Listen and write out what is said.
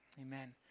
amen